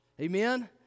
Amen